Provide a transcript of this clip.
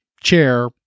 chair